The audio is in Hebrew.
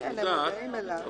הם מודעים אליו.